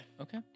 okay